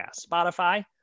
Spotify